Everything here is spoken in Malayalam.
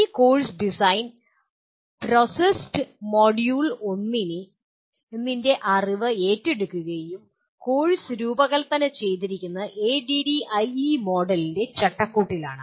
ഈ കോഴ്സ് ഡിസൈൻ പ്രോസസ്സ് മൊഡ്യൂൾ 1 ന്റെ അറിവ് ഏറ്റെടുക്കുകയും കോഴ്സ് രൂപകൽപ്പന ചെയ്തിരിക്കുന്നത് ADDIE മോഡലിന്റെ ചട്ടക്കൂടിലാണ്